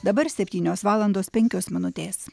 dabar septynios valandos penkios minutės